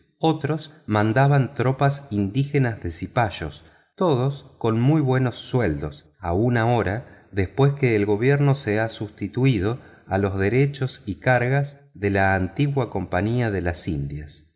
otros mandaban tropas indígenas de cipayos todos con muy buenos sueldos aun ahora después que el gobierno se ha sustituido a los derechos y cargas de la antigua compañía de las indias